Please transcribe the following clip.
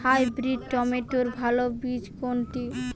Hybrid টমেটোর ভালো বীজ কোনটি?